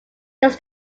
this